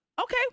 Okay